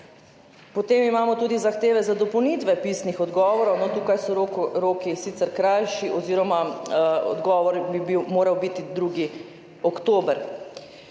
Potem imamo tudi zahteve za dopolnitve pisnih odgovorov, tukaj so roki sicer krajši oziroma bi moralo biti odgovorjeno